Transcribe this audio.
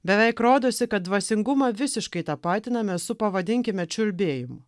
beveik rodosi kad dvasingumą visiškai tapatiname su pavadinkime čiulbėjimu